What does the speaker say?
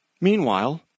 Meanwhile